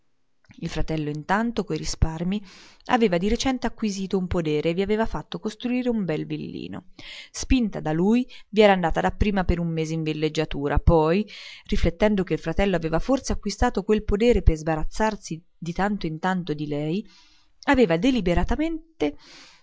il fratello intanto coi risparmi aveva di recente acquistato un podere e vi aveva fatto costruire un bel villino spinta da lui vi era andata dapprima per un mese in villeggiatura poi riflettendo che il fratello aveva forse acquistato quel podere per sbarazzarsi di tanto in tanto di lei aveva